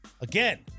Again